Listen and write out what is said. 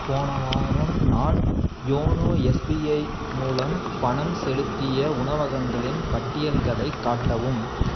போன வாரம் நான் யோனோ எஸ்பிஐ மூலம் பணம் செலுத்திய உணவகங்களின் பட்டியல்களை காட்டவும்